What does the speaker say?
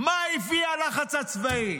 מה הביא הלחץ הצבאי?